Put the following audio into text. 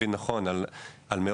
אני